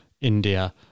India